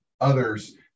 others